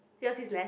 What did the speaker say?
yours is left